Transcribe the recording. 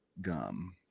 gum